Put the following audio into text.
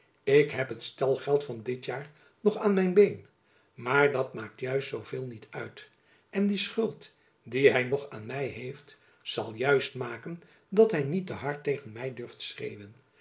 ik heb het stalgeld van dit jaar nog aan mijn been maar dat maakt juist zoo veel niet uit en die schuld die hy nog aan my heeft zal juist maken dat hy niet te hard tegen my durft